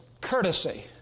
courtesy